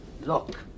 look